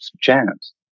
chance